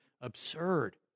absurd